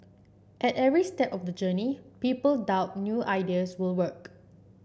at every step of the journey people doubt new ideas will work